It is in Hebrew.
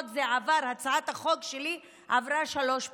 הצעת החוק שלי עברה שלוש פעמים,